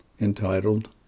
entitled